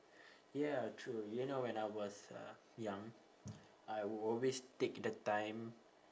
ya true do you know when I was uh young I would always take the time